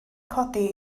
codi